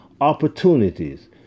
opportunities